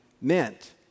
meant